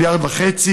1.5 מיליארד,